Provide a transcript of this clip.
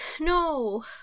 No